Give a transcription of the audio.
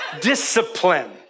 discipline